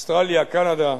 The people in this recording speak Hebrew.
אוסטרליה, קנדה,